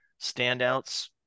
standouts